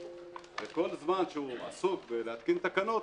וכל זמן שהוא עסוק בהתקנת תקנות,